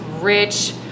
rich